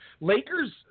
Lakers